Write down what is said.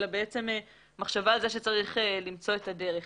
אלא מחשבה על זה שצריך למצוא את הדרך.